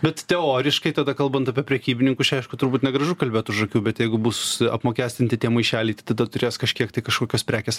bet teoriškai tada kalbant apie prekybininkus čia aišku turbūt negražu kalbėt už akių bet jeigu bus apmokestinti tie maišeliai tai tada turės kažkiek tai kažkokios prekės